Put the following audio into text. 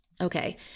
Okay